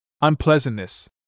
unpleasantness